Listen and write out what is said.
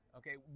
okay